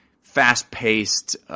fast-paced